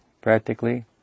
practically